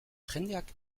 jendeak